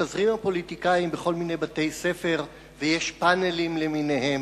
מתפזרים הפוליטיקאים בכל מיני בתי-ספר ויש פאנלים למיניהם.